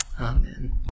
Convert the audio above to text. Amen